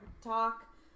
talk